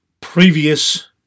previous